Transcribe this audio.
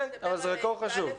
זרקור חשוב.